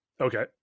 Okay